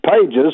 pages